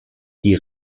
die